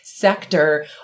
sector